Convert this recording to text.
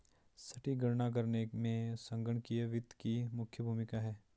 सटीक गणना करने में संगणकीय वित्त की मुख्य भूमिका है